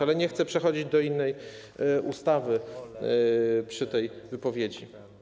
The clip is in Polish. Ale nie chcę przechodzić do innej ustawy przy tej wypowiedzi.